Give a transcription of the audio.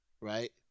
right